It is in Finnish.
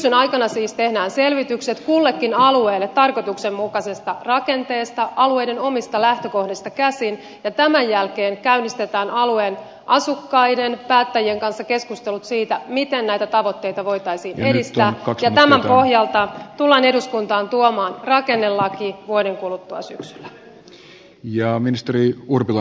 syksyn aikana siis tehdään selvitykset kullekin alueelle tarkoituksenmukaisesta rakenteesta alueiden omista lähtökohdista käsin ja tämän jälkeen käynnistetään alueen asukkaiden päättäjien kanssa keskustelut siitä miten näitä tavoitteita voitaisiin edistää ja tämän pohjalta tullaan eduskuntaan tuomaan rakennelaki vuoden kuluttua syksyllä